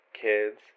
kids